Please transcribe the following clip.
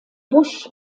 busch